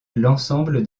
l’ensemble